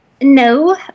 no